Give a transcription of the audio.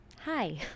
hi